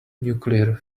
nuclear